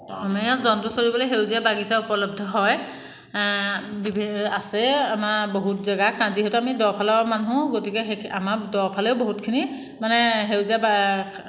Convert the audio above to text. পোহনীয়া জন্তু চৰিবলৈ সেউজীয়া বাগিচা উপলব্ধ হয় বিভি আছে আমাৰ বহুত জেগাত যিহেতু আমি দফালৰ মানুহ গতিকে সেইখিনি আমাৰ দফালেও বহুতখিনি মানে সেউজীয়া বা